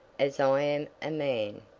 as i am a man,